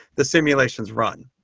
the simulations run.